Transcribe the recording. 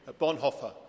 Bonhoeffer